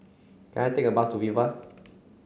can I take a bus to Viva